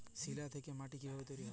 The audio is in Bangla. শিলা থেকে মাটি কিভাবে তৈরী হয়?